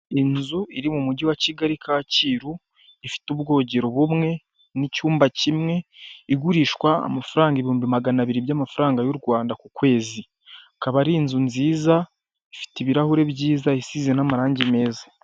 Inzu iri mu mujyi wa Kigali Kacyiru ifite ubwogero bumwe n'icyumba kimwe, igurishwa amafaranga ibihumbi magana abiri by'amafaranga y'u Rwanda ku kwezi, akaba ari inzu nziza ifite ibirahuri byiza isize n'amarangi meza.